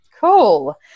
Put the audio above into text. cool